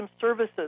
services